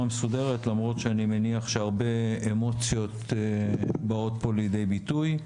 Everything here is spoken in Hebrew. מסודרת למרות שאני מניח שהרבה אמוציות באות פה לידי ביטוי,